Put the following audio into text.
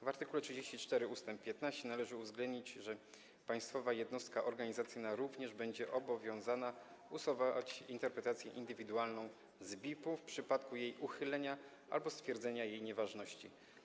W art. 34 ust. 15 należy uwzględnić, że państwowa jednostka organizacyjna również będzie obowiązana usuwać interpretację indywidualną z BIP w przypadku jej uchylenia albo stwierdzenia jej nieważności.